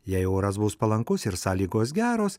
jei oras bus palankus ir sąlygos geros